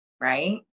Right